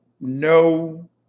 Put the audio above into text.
no